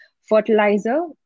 fertilizer